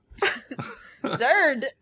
Zerd